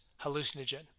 hallucinogen